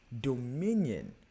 dominion